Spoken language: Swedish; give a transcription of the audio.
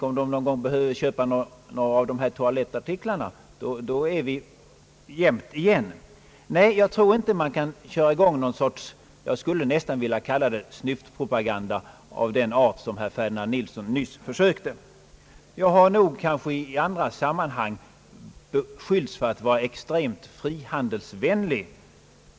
Och om man behöver köpa några toalettartiklar är skillnaden utjämnad igen. Nej, jag tror inte att man kan köra i gång någon snyftpropaganda av den art som herr Nilsson försökte ge uttryck åt. Jag har i andra sammanhang beskyllts för att var extremt frihandelsvänlig.